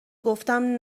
گفتم